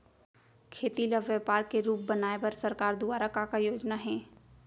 खेती ल व्यापार के रूप बनाये बर सरकार दुवारा का का योजना हे?